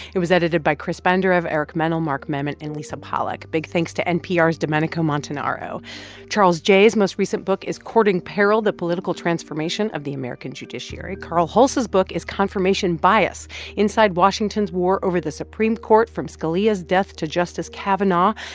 it was edited by chris benderev, eric mennel, mark memmott and lisa pollak. big thanks to npr's domenico montanaro charles geyh's most recent book is courting peril the political transformation of the american judiciary. carl hulse's book is confirmation bias inside washington's war over the supreme court, from scalia's death to justice kavanaugh.